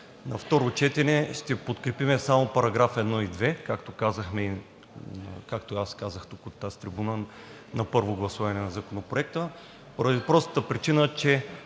на второ четене ще подкрепим само параграфи 1 и 2, както казах от тази трибуна на първо гласуване на Законопроекта, поради простата причина, че